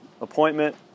appointment